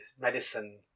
medicine